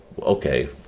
okay